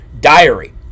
diary